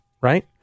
right